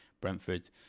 Brentford